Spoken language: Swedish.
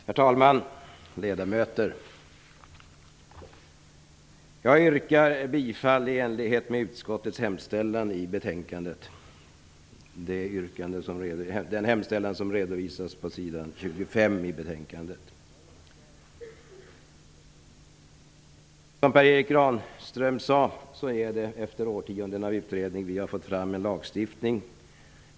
Herr talman! Ärade ledamöter! Jag yrkar bifall i enlighet med utskottets hemställan i betänkandet. Vi har som Per Erik Granström sade fått fram en lagstiftning efter årtionden av utredning.